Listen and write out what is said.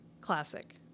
classic